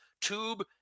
tube